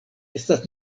estas